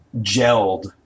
gelled